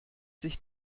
sich